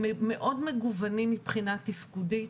הם מאוד מגוונים מבחינה תפקודית,